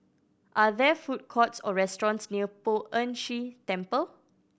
are there food courts or restaurants near Poh Ern Shih Temple